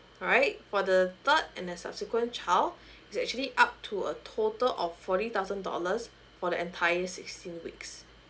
alright for the third and the subsequent child it's actually up to a total of forty thousand dollars for the entire sixteen weeks